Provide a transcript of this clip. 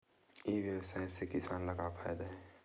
ई व्यवसाय से किसान ला का फ़ायदा हे?